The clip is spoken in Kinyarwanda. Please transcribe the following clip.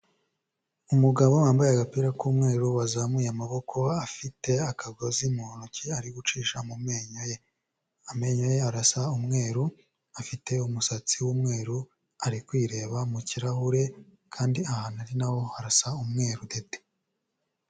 Umugabo wambaye agapira k'umweru wazamuye amaboko, afite akagozi mu ntoki ari gucisha mu menyo ye, amenyo ye arasa umweru, afite umusatsi w'umweru ari kwireba mu kirahure kandi ahantu ari naho harasa umweru dede.